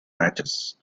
matches